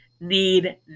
need